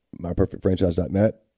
myperfectfranchise.net